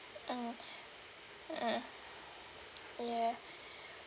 mm uh ya